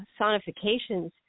sonifications